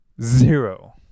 zero